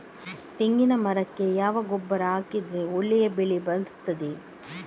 ತೆಂಗಿನ ಮರಕ್ಕೆ ಯಾವ ಗೊಬ್ಬರ ಹಾಕಿದ್ರೆ ಒಳ್ಳೆ ಬೆಳೆ ಬರ್ತದೆ?